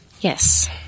Yes